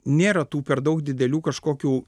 nėra tų per daug didelių kažkokių